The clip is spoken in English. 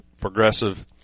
Progressive